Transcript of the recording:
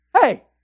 hey